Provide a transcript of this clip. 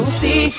see